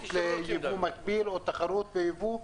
אפשרות ליבוא מקביל או תחרות ביבוא,